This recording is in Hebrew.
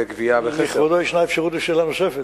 לכבודו יש אפשרות לשאלה נוספת.